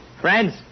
Friends